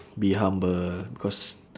be humble because